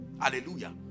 Hallelujah